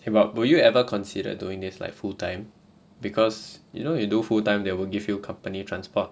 eh but will you ever consider doing this like full time because you know you do full time they will give you company transport